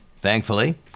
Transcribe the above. thankfully